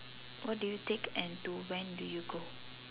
what do you take and to when do you go